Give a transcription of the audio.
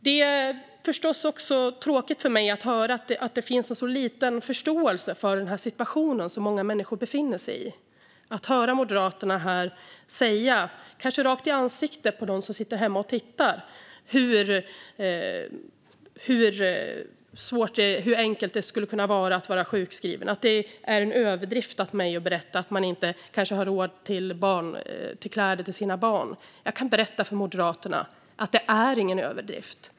Det är förstås tråkigt för mig att höra att det finns så lite förståelse för den situation som många människor befinner sig i och att höra Moderaterna säga här, kanske rakt i ansiktet på dem som sitter hemma och tittar, hur enkelt det kan vara att vara sjukskriven och att det är en överdrift av mig att berätta att människor kanske inte har råd med kläder till sina barn. Jag kan berätta för Moderaterna att det inte är någon överdrift.